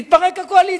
תתפרק הקואליציה.